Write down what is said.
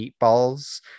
meatballs